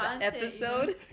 episode